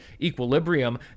equilibrium